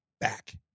back